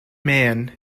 mann